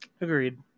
Agreed